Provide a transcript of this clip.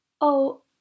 Oh